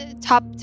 Top